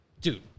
dude